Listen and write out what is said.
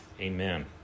Amen